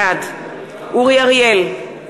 בעד אורי אריאל,